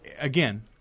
again